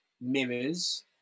mirrors